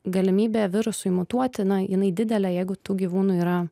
galimybė virusui mutoti na jinai didelė jeigu tų gyvūnų yra